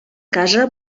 casa